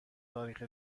تاریخ